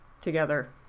together